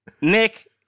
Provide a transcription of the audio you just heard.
Nick